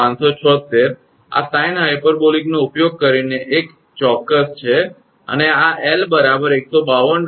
576 આ સાઇન હાઇપરબોલિકનો ઉપયોગ કરીને એક ચોક્કસ છે અને આ 𝑙 152